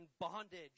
bondage